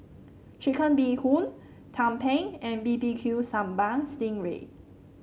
Chicken Bee Hoon tumpeng and B B Q Sambal Sting Ray